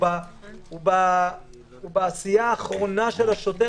הוא בעשייה האחרונה של השוטר,